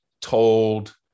told